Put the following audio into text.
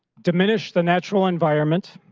diminish the natural environment,